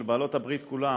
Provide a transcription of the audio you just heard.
של בעלות הברית כולן